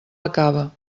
acaba